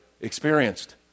experienced